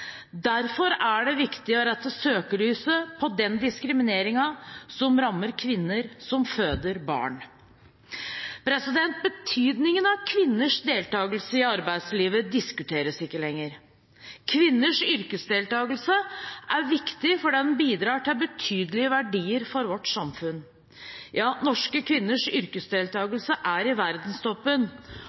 Derfor er det viktig å rette søkelyset på den diskrimineringen som rammer kvinner som føder barn. Betydningen av kvinners deltakelse i arbeidslivet diskuteres ikke lenger. Kvinners yrkesdeltakelse er viktig fordi den bidrar til betydelige verdier for vårt samfunn. Ja, norske kvinners yrkesdeltakelse er i verdenstoppen